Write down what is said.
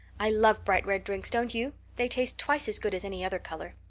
i love bright red drinks, don't you? they taste twice as good as any other color.